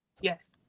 Yes